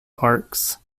parks